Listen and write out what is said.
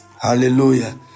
Hallelujah